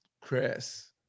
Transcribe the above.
Chris